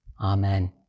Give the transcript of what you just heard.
Amen